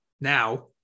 now